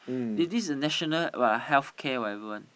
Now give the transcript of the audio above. they've this national what ah healthcare whatever one